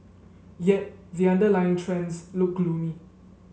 yet the underlying trends look gloomy